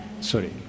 Sorry